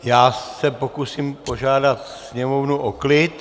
Já se pokusím požádat sněmovnu o klid.